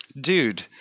dude